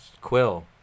Quill